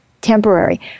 temporary